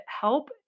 help